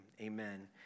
amen